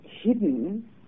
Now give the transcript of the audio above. hidden